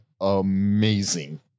amazing